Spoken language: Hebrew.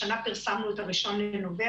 השנה פרסמנו את זה ב-1 לנובמבר.